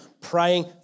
Praying